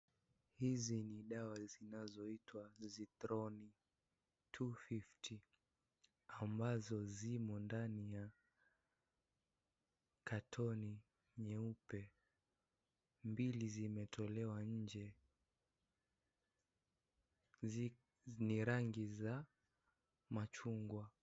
Hizi ni dawa zinazoitwa Zethrone 250 ambazo zimo ndani ya katoni nyeupe. Mbili zimetolewa nje zenye rangi za machungwa.